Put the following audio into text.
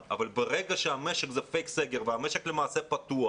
97% מיישובי מדינת ישראל הם במקדם הכפלה